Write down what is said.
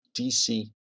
DC